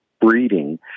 breeding